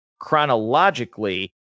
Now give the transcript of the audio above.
chronologically